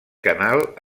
canal